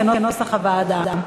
כנוסח הוועדה.